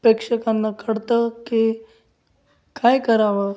प्रेक्षकांना कळतं की काय करावं